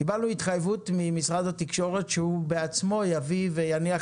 קיבלנו התחייבות ממשרד התקשורת שהוא בעצמו יביא ויניח